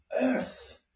earth